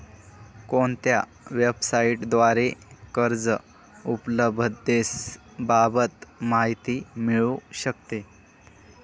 कोणत्या वेबसाईटद्वारे कर्ज उपलब्धतेबाबत माहिती मिळू शकते?